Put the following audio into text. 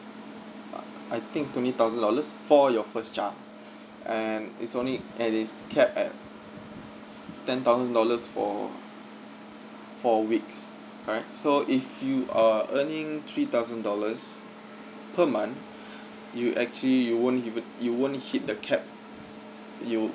uh I think twenty thousand dollars for your first child and it's only and it's capped at ten thousand dollars for four weeks right so if you are earning three thousand dollars per month you actually you won't hit you won't hit the cap you